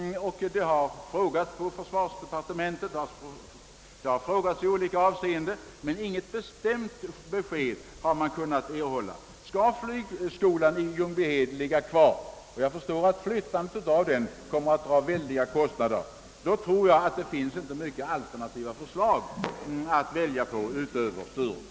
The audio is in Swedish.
Man har i olika sammanhang frågat försvarsdepartementet om detta, men inget bestämt besked har kunnat erhållas. Om flygskolan i Ljungbyhed skall ligga kvar — och jag förstår att en flyttning av den kommer att föra med sig stora kostnader — tror jag att det inte finns många alternativ att välja på utöver Sturup.